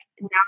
now